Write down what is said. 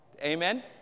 Amen